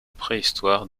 préhistoire